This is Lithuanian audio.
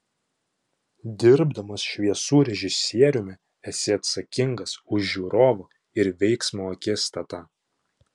dirbdamas šviesų režisieriumi esi atsakingas už žiūrovo ir veiksmo akistatą